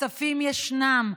הכספים ישנם,